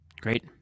Great